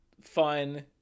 fun